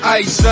ice